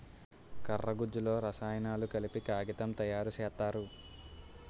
కర్ర గుజ్జులో రసాయనాలు కలిపి కాగితం తయారు సేత్తారు